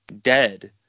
dead